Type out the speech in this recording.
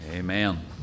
Amen